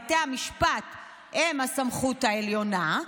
בתי המשפט הם הסמכות העליונה,